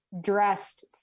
dressed